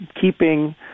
keeping